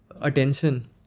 attention